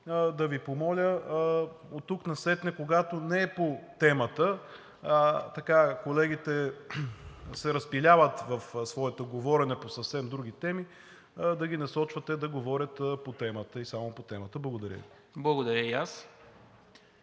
да Ви помоля оттук насетне, когато не е по темата, колегите се разпиляват в своето говорене по съвсем други теми, да ги насочвате да говорят по темата и само по темата. Благодаря Ви. ПРЕДСЕДАТЕЛ